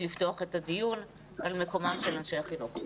לפתוח את הדיון על מקומם של אנשי החינוך.